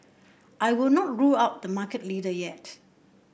I would not rule out the market leader yet